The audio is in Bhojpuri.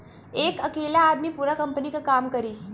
एक अकेला आदमी पूरा कंपनी क काम करी